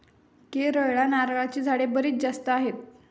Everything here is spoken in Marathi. केरळला नारळाची झाडे बरीच जास्त आहेत